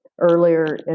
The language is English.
Earlier